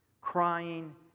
crying